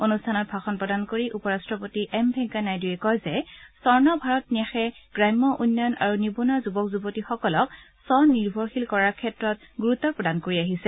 অনুষ্ঠানত ভাষণ প্ৰদান কৰি উপ ৰাট্টপতি এম ভেংকায়া নাইডুৱে কয় যে স্বৰ্ণ ভাৰত ন্যাসে গ্ৰাম্য উন্নয়ন আৰু নিবনুৱা যুৱক যুৱতীসকলক স্ব নিৰ্ভৰশীল কৰাৰ ক্ষেত্ৰত গুৰুত্ব প্ৰদান কৰি আহিছে